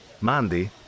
Mandy